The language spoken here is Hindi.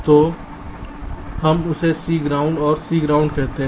तो हम इसे C ग्राउंड और C ग्राउंड कहते हैं